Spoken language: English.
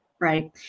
right